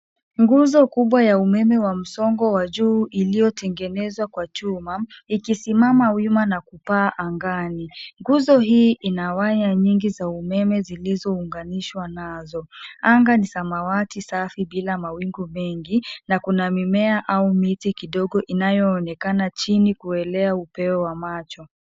Nguzo kubwa ya umeme wa msongo wa juu iliyo tengenezwa kwa chuma ikisimama wima na kupaa angani. Nguzo hii ina waya nyingi za umeme zilizo unganishwa nazo. Anga ni samawati safi bila mawingu mengi na kuna mimea au miti kidogo inayo onekana chini kuelea upeo wa macho.